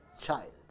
child